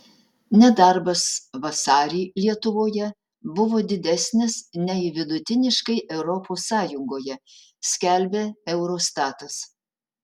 nedarbas vasarį lietuvoje buvo didesnis nei vidutiniškai europos sąjungoje skelbia eurostatas